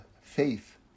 faith